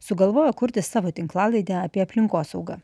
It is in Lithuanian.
sugalvojo kurti savo tinklalaidę apie aplinkosaugą